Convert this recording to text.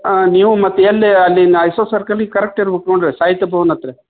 ಹಾಂ ನೀವು ಮತ್ತು ಎಲ್ಲಿ ಅಲ್ಲಿ ನಾ ಅಶೋಕ್ ಸರ್ಕಲಿಗೆ ಕರೆಕ್ಟ್ ಇರ್ಬೇಕು ನೋಡಿರಿ ಸಾಹಿತ್ಯ ಭವನ್ ಹತ್ರ